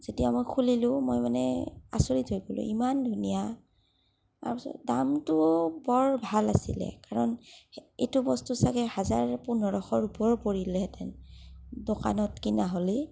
যেতিয়া মই খুলিলো মই মানে আচৰিত হৈ গ'লো ইমান ধুনীয়া তাৰছত দামটো বৰ ভাল আছিলে কাৰণ এইটো বস্তু চাগে হাজাৰ পোন্ধৰশৰ ওপৰ পৰিলেহেঁতেন দোকানত কিনা হলেই